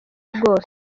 rwose